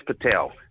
Patel